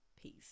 Peace